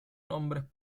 nombres